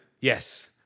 yes